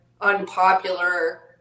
unpopular